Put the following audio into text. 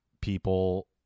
people